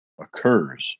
occurs